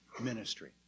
ministry